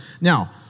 now